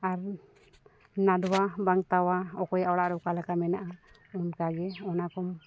ᱟᱨᱮᱢ ᱱᱟᱫᱽᱣᱟ ᱵᱟᱝ ᱛᱟᱣᱟ ᱚᱠᱚᱭᱟᱜ ᱚᱲᱟᱜᱼᱨᱮ ᱚᱠᱟ ᱞᱮᱠᱟ ᱢᱮᱱᱟᱜᱼᱟ ᱚᱱᱠᱟᱜᱮ ᱚᱱᱟ ᱠᱚᱢ